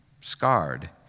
scarred